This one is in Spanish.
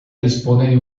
dispone